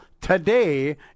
today